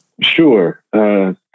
Sure